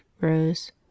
Rose